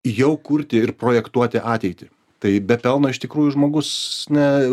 jau kurti ir projektuoti ateitį tai be pelno iš tikrųjų žmogus ne